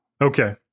Okay